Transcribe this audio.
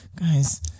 guys